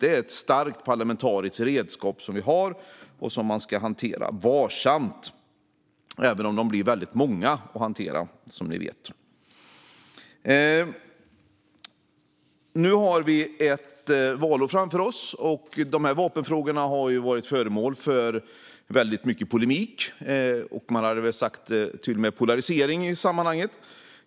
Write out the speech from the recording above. Det är ett starkt parlamentariskt redskap som vi har och som man ska hantera varsamt, även om det som ni vet blir väldigt många att hantera. Nu har vi ett valår framför oss. Vapenfrågorna har varit föremål för väldigt mycket polemik. Man har till och med sagt polarisering i sammanhanget.